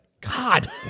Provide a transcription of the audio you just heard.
God